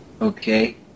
Okay